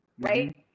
right